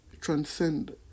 transcend